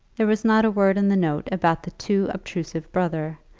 there was not a word in the note about the too obtrusive brother,